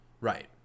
Right